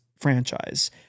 franchise